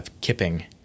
kipping